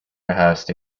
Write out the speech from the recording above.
rehearsed